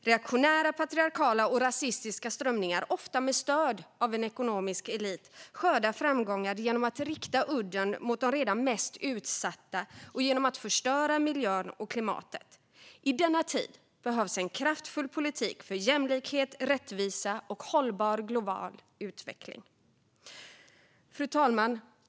Reaktionära, patriarkala och rasistiska strömningar, ofta med stöd av en ekonomisk elit, skördar framgångar genom att rikta udden mot de redan mest utsatta och genom att förstöra miljön och klimatet. I denna tid behövs en kraftfull politik för jämlikhet, rättvisa och hållbar global utveckling. Fru talman!